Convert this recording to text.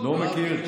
לא מכיר.